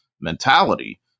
mentality